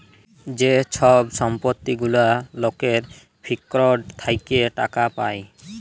যে ছব সম্পত্তি গুলা লকের ফিক্সড থ্যাকে টাকা পায়